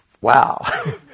wow